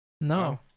No